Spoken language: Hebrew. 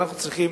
אנחנו צריכים,